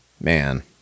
Man